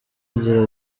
agira